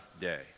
day